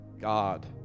God